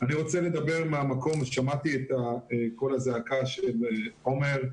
שמעתי את קול הזעקה של עומר.